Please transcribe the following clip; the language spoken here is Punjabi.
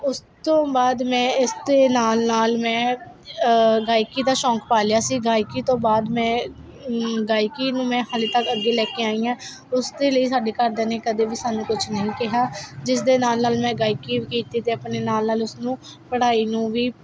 ਉਸ ਤੋਂ ਬਾਅਦ ਮੈਂ ਇਸਤੇ ਨਾਲ ਨਾਲ ਮੈਂ ਗਾਇਕੀ ਦਾ ਸ਼ੌਂਕ ਪਾਲਿਆ ਸੀ ਗਾਇਕੀ ਤੋਂ ਬਾਅਦ ਮੈਂ ਗਾਇਕੀ ਨੂੰ ਮੈਂ ਹਾਲੇ ਤੱਕ ਅੱਗੇ ਲੈ ਕੇ ਆਈ ਹਾਂ ਉਸਦੇ ਲਈ ਸਾਡੇ ਘਰ ਦੇ ਨੇ ਕਦੇ ਵੀ ਸਾਨੂੰ ਕੁਛ ਨਹੀਂ ਕਿਹਾ ਜਿਸ ਦੇ ਨਾਲ ਨਾਲ ਮੈਂ ਗਾਇਕੀ ਵੀ ਕੀਤੀ ਅਤੇ ਆਪਣੇ ਨਾਲ ਨਾਲ ਉਸਨੂੰ ਪੜ੍ਹਾਈ ਨੂੰ ਵੀ